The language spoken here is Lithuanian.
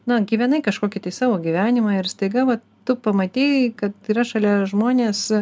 nu gyvenai kažkokį tai savo gyvenimą ir staiga vat tu pamatei kad yra šalia žmonės